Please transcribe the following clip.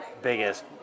biggest